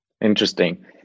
Interesting